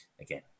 Again